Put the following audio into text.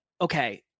okay